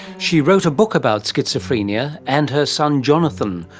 she wrote a book about schizophrenia and her son jonathan,